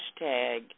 hashtag